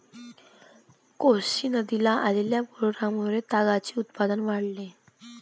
कोसी नदीला आलेल्या पुरामुळे तागाचे उत्पादन वाढले